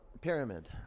pyramid